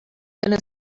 gonna